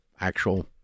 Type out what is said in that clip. actual